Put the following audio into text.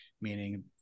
meaning